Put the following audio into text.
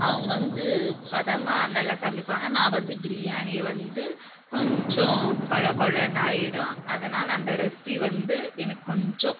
அவங்க வந்து பதமாக நல்லா சமைப்பாங்க நான் வந்து பிரியாணி வந்து கொஞ்சம் கொழ கொழன்னு ஆயிடும் அதனால் அந்த ரெசிப்பி வந்து எனக்கு கொஞ்சம்